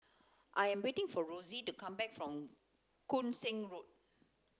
I am waiting for Rosey to come back from Koon Seng Road